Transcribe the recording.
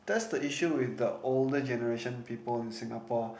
that's the issue with the older generation people in Singapore